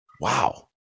wow